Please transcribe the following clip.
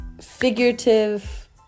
figurative